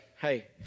hey